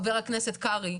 חבר הכנסת קרעי,